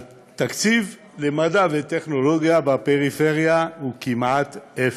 התקציב למדע וטכנולוגיה בפריפריה הוא כמעט אפס.